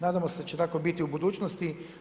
Nadamo se da će tako biti u budućnosti.